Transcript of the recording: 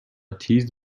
تیز